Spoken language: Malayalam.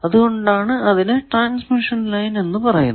അതുകൊണ്ടാണ് അതിനെ ട്രാൻസ്മിഷൻ ലൈൻ എന്ന് പറയുന്നത്